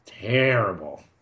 terrible